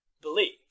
believe